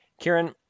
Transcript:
Kieran